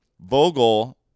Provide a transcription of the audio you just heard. Vogel